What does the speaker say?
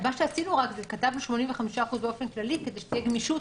מה שעשינו רק הוא שכתבנו 85% באופן כללי כדי שתהיה גמישות.